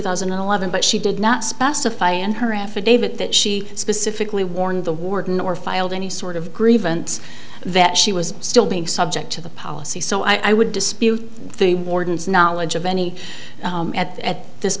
thousand and eleven but she did not specify in her affidavit that she specifically warned the warden or filed any sort of grievance that she was still being subject to the policy so i would dispute the warden's knowledge of any at this